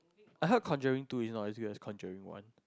I heard conjuring two is not as good as conjuring one